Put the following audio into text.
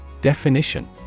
Definition